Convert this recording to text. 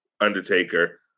Undertaker